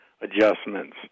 adjustments